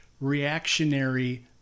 reactionary